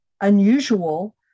unusual